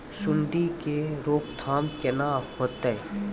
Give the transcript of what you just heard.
सुंडी के रोकथाम केना होतै?